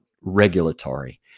regulatory